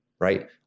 Right